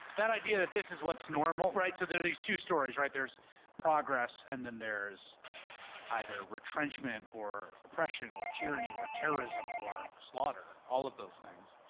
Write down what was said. that idea that this is what's normal, right? so there are these two stories, right? there's progress, and then there's either retrenchment or oppression or tyranny or terrorism, or slaughter, all of those things.